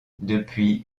depuis